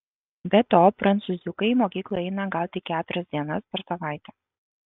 be to prancūziukai į mokyklą eina gal tik keturias dienas per savaitę